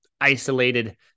isolated